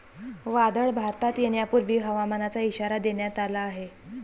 वादळ भारतात येण्यापूर्वी हवामानाचा इशारा देण्यात आला आहे